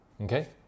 okay